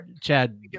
Chad